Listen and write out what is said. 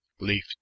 leaf